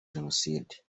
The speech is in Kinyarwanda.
jenoside